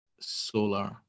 solar